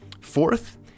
Fourth